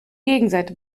gegenseite